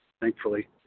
thankfully